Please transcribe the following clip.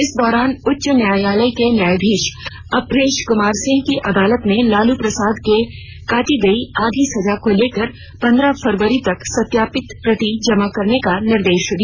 इस दौरान उच्च न्यायालय के न्यायधीश अपरेश कुमार सिंह की अदालत ने लालू प्रसाद के काटी गयी आधी सजा को लेकर पंद्रह फरवरी तक सत्यापित प्रति जमा करने का निर्देश दिया